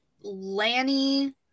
lanny